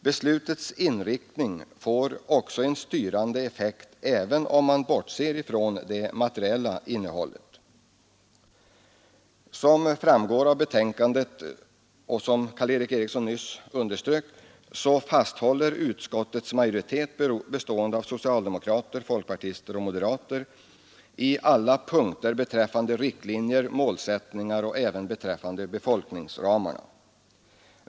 Beslutets inriktning får en styrande effekt även om man bortser från det materiella innehållet. Som framgår av betänkandet — och som Karl Erik Eriksson nyss underströk — fasthåller utskottets majoritet, bestående av socialdemokrater, folkpartister och moderater, vid alla punkter beträffande tidigare beslutade riktlinjer och målsättningar och även beträffande befolkningsramar.